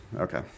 Okay